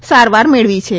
માં સારવાર મેળવી છે